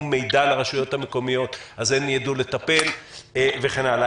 מידע לרשויות המקומיות אז הן ידעו לטפל וכן הלאה.